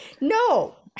No